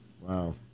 Wow